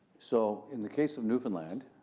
so, in the case of newfoundland,